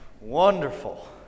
wonderful